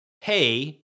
hey